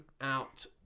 out